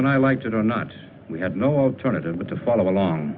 and i liked it or not we had no alternative but to follow along